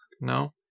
No